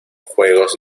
juegos